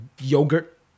yogurt